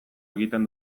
egiten